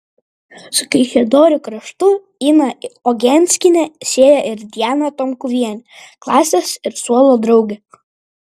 su kaišiadorių kraštu iną ogenskienę sieja ir diana tomkuvienė klasės ir suolo draugė